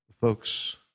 folks